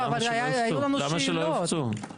למה שלא יופצו?